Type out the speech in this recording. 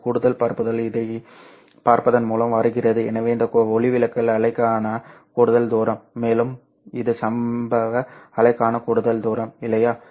இந்த கூடுதல் பரப்புதல் இதைப் பார்ப்பதன் மூலம் வருகிறது எனவே இது ஒளிவிலகல் அலைக்கான கூடுதல் தூரம் மேலும் இது சம்பவ அலைக்கான கூடுதல் தூரம் இல்லையா